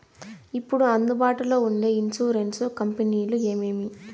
ఇప్పుడు అందుబాటులో ఉండే ఇన్సూరెన్సు కంపెనీలు ఏమేమి?